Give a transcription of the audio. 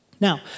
Now